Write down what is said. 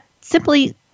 simply